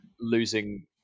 losing